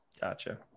Gotcha